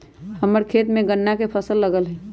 हम्मर खेत में गन्ना के फसल लगल हई